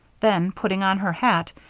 then, putting on her hat,